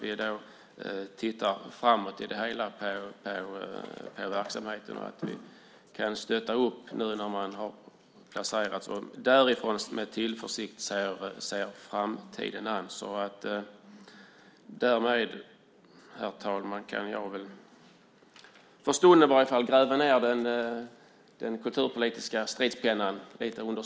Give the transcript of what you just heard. Vi får då se framtiden an med tillförsikt när det gäller verksamheten. Herr talman! Jag kan därför åtminstone för stunden, under sommaren, gräva ned den kulturpolitiska stridspennan.